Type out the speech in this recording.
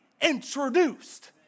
introduced